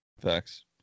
Facts